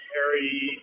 Harry